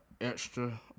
extra